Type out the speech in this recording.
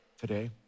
today